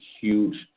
huge